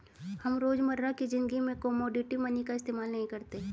हम रोजमर्रा की ज़िंदगी में कोमोडिटी मनी का इस्तेमाल नहीं करते